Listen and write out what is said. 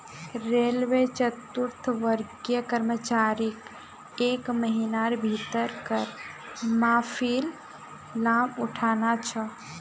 railway चतुर्थवर्गीय कर्मचारीक एक महिनार भीतर कर माफीर लाभ उठाना छ